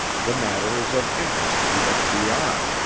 the matter is of interest to the fbi.